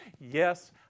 Yes